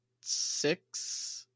six